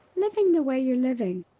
living the way you're living?